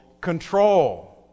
control